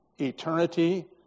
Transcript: eternity